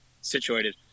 situated